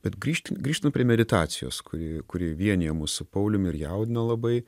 bet grįžti grįžtant prie meditacijos kuri kuri vienija mus su pauliumi ir jaudina labai